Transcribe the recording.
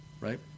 Right